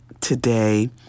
today